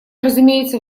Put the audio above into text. разумеется